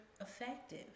effective